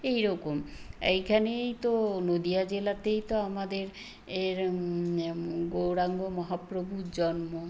এই রকম এইখানেই তো নদিয়া জেলাতেই তো আমাদের এর গৌরাঙ্গ মহাপ্রভুর জন্ম